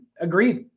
Agreed